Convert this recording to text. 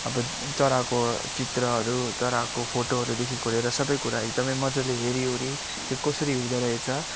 अब चराको चित्रहरू चराको फोटोहरूदेखिको लिएर सबै कुरा एकदमै मज्जाले हेरिवरी यो कसरी हुँदो रहेछ